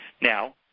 Now